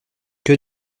que